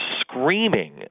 screaming